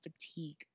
fatigue